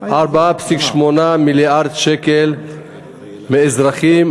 4.8 מיליארד שקל מאזרחים,